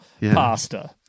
pasta